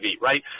right